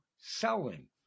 selling